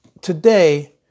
today